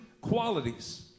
qualities